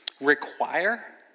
require